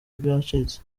byacitse